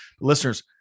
Listeners